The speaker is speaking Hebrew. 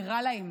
ורע להם,